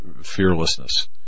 fearlessness